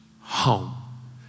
home